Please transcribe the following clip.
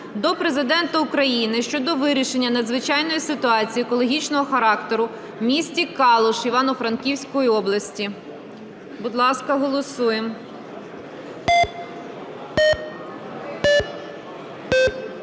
до Президента України щодо вирішення надзвичайної ситуації екологічного характеру в місті Калуш Івано-Франківської області. Будь ласка, голосуємо. 12:50:14